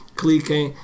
cliquem